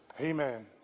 amen